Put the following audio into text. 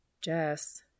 Jess